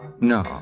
No